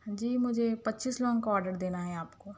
جی مجھے پچیس لوگوں کا آرڈر دینا ہے آپ کو